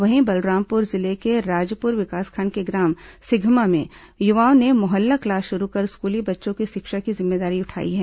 वहीं बलरामपुर जिले के राजपुर विकासखंड के ग्राम सिधमा में भी युवाओं ने मोहल्ला क्लास शुरू कर स्कूली बच्चों की शिक्षा की जिम्मेदारी उठाई है